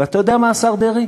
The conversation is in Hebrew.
ואתה יודע מה, השר דרעי?